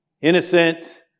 innocent